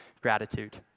gratitude